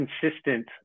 consistent